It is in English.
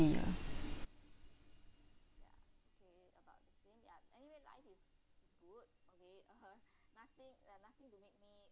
lah